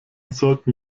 sollten